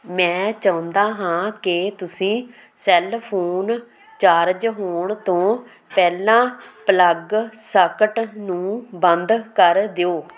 ਮੈਂ ਚਾਹੁੰਦਾ ਹਾਂ ਕਿ ਤੁਸੀਂ ਸੈਲ ਫ਼ੋਨ ਚਾਰਜ ਹੋਣ ਤੋਂ ਪਹਿਲਾਂ ਪਲੱਗ ਸਾਕਟ ਨੂੰ ਬੰਦ ਕਰ ਦਿਓ